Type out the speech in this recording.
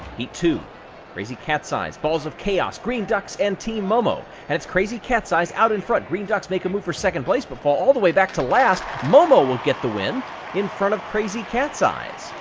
heat two crazy cat's eyes, balls of chaos, green ducks, and team momo. and it's crazy cat's eyes out in front. green ducks make a move for second place, but fall all the way back to last. momo will get the win in front of crazy cat's eyes.